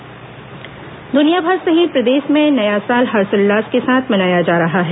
नववर्ष स्वागत दुनिया भर सहित प्रदेश में नया साल हर्षोल्लास के साथ मनाया जा रहा है